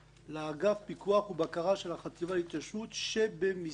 לאגף פיקוח ובקרה על החטיבה להתיישבות שבמשרד החקלאות".